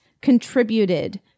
contributed